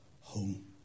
home